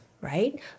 right